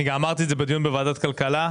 אני גם אמרתי את זה בדיון בוועדת כלכלה,